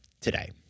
today